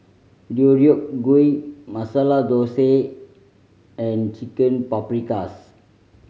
Deodeok Gui Masala Dosa and Chicken Paprikas